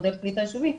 מודל קליטה יישובי,